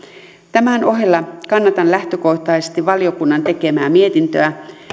tämän ohella kannatan lähtökohtaisesti valiokunnan tekemää mietintöä